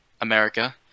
America